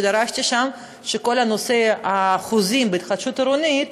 שדרשתי שם שכל נושא החוזים בהתחדשות עירונית,